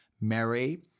Mary